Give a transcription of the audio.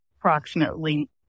approximately